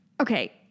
Okay